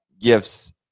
gifts